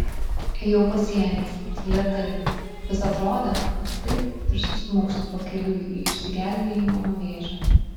ėjau pasieniais lėtai vis atrodė kad taip ir susmuksiu pakeliui į išsigelbėjimą nuo vėžio